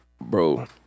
bro